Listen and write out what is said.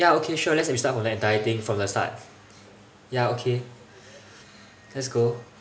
ya sure okay let's restart from the entire thing from the start ya okay let's go